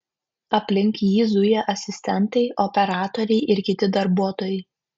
aplink jį zuja asistentai operatoriai ir kiti darbuotojai